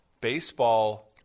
Baseball